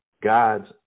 God's